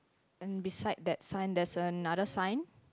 and beside that sign there's another sign